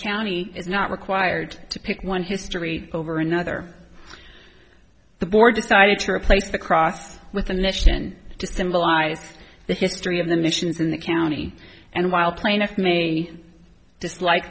county is not required to pick one history over another the board decided to replace the cross with a mission to symbolize the history of the missions in the county and while plaintiff me dislike